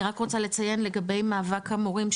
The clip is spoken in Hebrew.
אני רק רוצה לציין לגבי מאבק המורים,